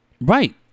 Right